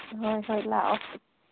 ꯍꯣꯏ ꯍꯣꯏ ꯂꯥꯛꯑꯣ